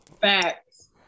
facts